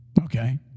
Okay